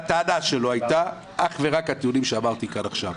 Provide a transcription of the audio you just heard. הטענה שלו הייתה אך ורק הטיעונים שאמרתי כאן עכשיו,